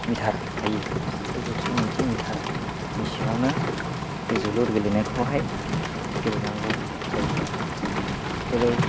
metre थायो बे जौसे नैजि मिटारनि सिङावनो बे जोलुर गेलेनायखौहाय गेलेनांगौ जायो जेरै